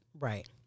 Right